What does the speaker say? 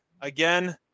again